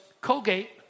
Colgate